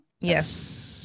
yes